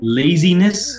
laziness